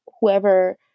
whoever